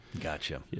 Gotcha